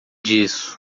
disso